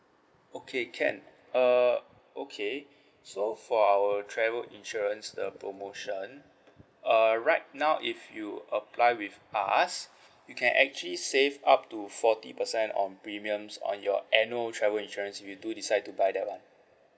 okay can err okay so for our travel insurance the promotion err right now if you apply with us you can actually save up to forty percent on premiums on your annual travel insurance if you do decide to buy that [one]